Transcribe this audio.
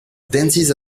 dances